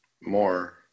more